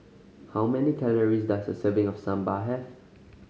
how many calories does a serving of Sambar have